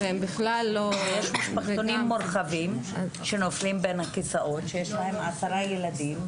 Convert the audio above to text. יש משפחתונים מורחבים שנופלים בין הכיסאות שיש להם עשרה ילדים,